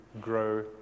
grow